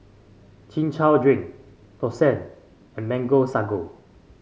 Chin Chow Drink Thosai and Mango Sago